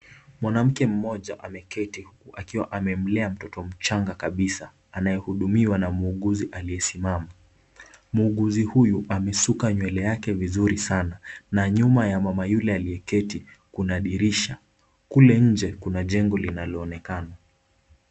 Mwanamke mmoja ameketi akiwa amemlea mtoto mchanga kabisa anayehudumiwa na muuguzi aliyesimama. Muuguzi huyu amesuka nywele yake vizuri sana na nyuma ya mama yule aliyeketi kuna dirisha kule nje kuna jengo linaloonekana.